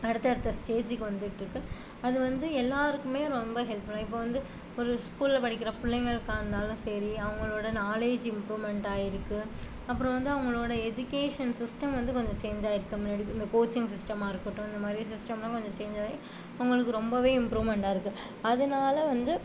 அடுத்த அடுத்த ஸ்டேஜ்ஜுக்கு வந்துட்டு இருக்குது அது வந்து எல்லோருக்குமே ரொம்ப ஹெல்ப் இப்போது வந்து ஒரு ஸ்கூலில் படிக்கிற பிள்ளைங்களுக்காக இருந்தாலும் சரி அவங்களோடய நாலேஜ் இம்ப்ரூவ்மெண்ட் ஆகியிருக்கு அப்புறம் வந்து அவங்களோடய எஜுகேசன்ஸ் சிஸ்டம் வந்து கொஞ்சம் சேஞ்ச் ஆகிருக்கு முன்னாடி இந்த கோச்சிங் சிஸ்டமாக இருக்கட்டும் இந்த மாதிரி சிஸ்டம்லாம் கொஞ்சம் சேஞ்ச் இம்ப்ரூமெண்ட்டாக இருக்கு அதனால் வந்து